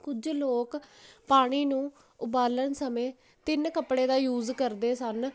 ਕੁਝ ਲੋਕ ਪਾਣੀ ਨੂੰ ਉਬਾਲਣ ਸਮੇਂ ਤਿੰਨ ਕੱਪੜੇ ਦਾ ਯੂਜ ਕਰਦੇ ਸਨ